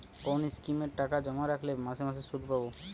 কোন স্কিমে টাকা জমা রাখলে মাসে মাসে সুদ পাব?